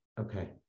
Okay